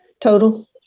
total